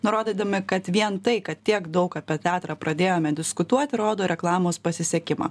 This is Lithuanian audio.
nurodydami kad vien tai kad tiek daug apie teatrą pradėjome diskutuoti rodo reklamos pasisekimą